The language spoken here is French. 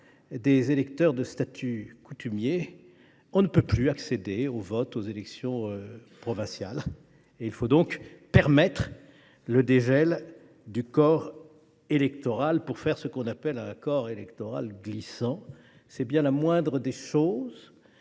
des électeurs de statut coutumier, on ne peut plus accéder au vote aux élections provinciales. Il faut donc permettre le dégel du corps électoral pour en faire un corps électoral « glissant ». C’est bien la moindre des choses,